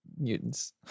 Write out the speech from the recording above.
Mutants